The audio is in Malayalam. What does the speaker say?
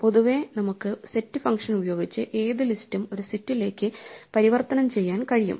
പൊതുവേ നമുക്ക് സെറ്റ് ഫംഗ്ഷൻ ഉപയോഗിച്ച് ഏത് ലിസ്റ്റും ഒരു സെറ്റിലേക്ക് പരിവർത്തനം ചെയ്യാൻ കഴിയും